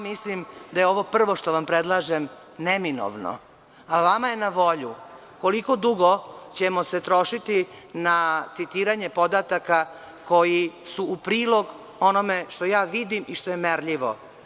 Mislim da je ovo prvo što vam predlažem neminovno, a vama je na volji koliko dugo ćemo se trošiti na citiranju podataka koji su u prilog onome što vidim i što je merljivo.